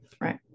right